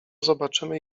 zobaczymy